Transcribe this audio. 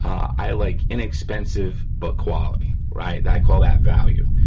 i like inexpensive but quality, right, i call that value.